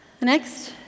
Next